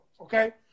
okay